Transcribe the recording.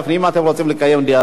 אם אתם רוצים לקיים דיאלוג,